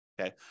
okay